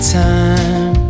time